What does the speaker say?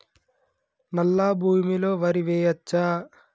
నల్లా భూమి లో వరి వేయచ్చా?